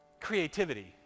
creativity